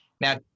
now